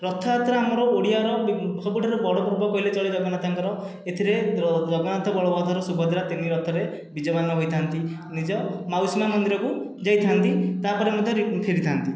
ରଥଯାତ୍ରା ଆମର ଓଡ଼ିଆର ସବୁଠାରୁ ବଡ଼ ପର୍ବ କହିଲେ ଚଳେ ଜଗନ୍ନାଥଙ୍କର ଏଥିରେ ଜଗନ୍ନାଥ ବଳଭଦ୍ର ସୁଭଦ୍ରା ତିନି ରଥରେ ବିଜେମାନ ହୋଇଥାନ୍ତି ନିଜ ମାଉସି ମା' ମନ୍ଦିରକୁ ଯାଇଥାନ୍ତି ତାପରେ ମଧ୍ୟ ଫେରିଥାନ୍ତି